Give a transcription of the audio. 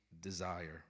desire